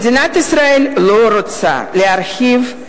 מדינת ישראל לא רוצה להרחיב את